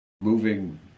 moving